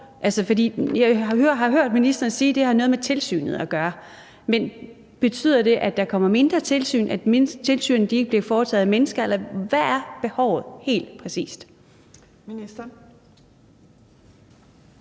Jeg har hørt ministeren sige, at det har noget med tilsynet at gøre, men betyder det, at der kommer mindre tilsyn, eller at tilsynet ikke bliver foretaget af mennesker? Hvad er behovet helt præcist?